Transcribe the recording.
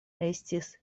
estis